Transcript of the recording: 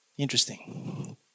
Interesting